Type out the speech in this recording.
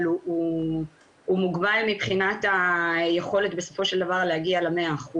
אבל הוא מוגבל מבחינת היכולת בסופו של דבר להגיע ל-100%.